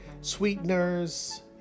sweeteners